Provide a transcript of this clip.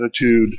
attitude